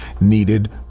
needed